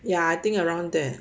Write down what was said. ya I think around there